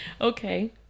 Okay